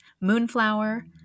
moonflower